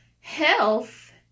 Health